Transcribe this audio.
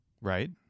right